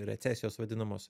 recesijos vadinamos